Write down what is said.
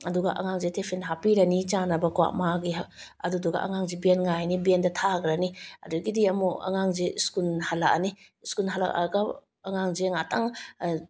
ꯑꯗꯨꯒ ꯑꯉꯥꯡꯁꯦ ꯇꯦꯐꯤꯟ ꯍꯥꯞꯄꯤꯔꯅꯤ ꯆꯥꯅꯕꯀꯣ ꯃꯥꯒꯤ ꯑꯗꯨꯗꯒ ꯑꯉꯥꯡꯁꯦ ꯚꯦꯟ ꯉꯥꯏꯔꯅꯤ ꯚꯦꯟꯗ ꯊꯥꯈ꯭ꯔꯅꯤ ꯑꯗꯒꯤꯗꯤ ꯑꯃꯨꯛ ꯑꯉꯥꯡꯁꯦ ꯁ꯭ꯀꯨꯜ ꯍꯜꯂꯛꯑꯅꯤ ꯁ꯭ꯀꯨꯜ ꯍꯜꯂꯛꯑꯒ ꯑꯉꯥꯡꯁꯦ ꯉꯥꯛꯇꯪ